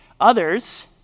Others